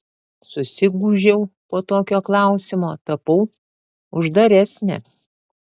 susigūžiau po tokio klausimo tapau uždaresnė